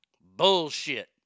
Bullshit